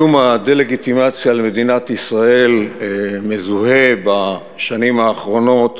איום הדה-לגיטימציה על מדינת ישראל מזוהה בשנים האחרונות